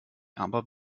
aber